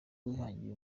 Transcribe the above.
wihangiye